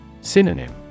Synonym